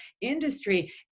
industry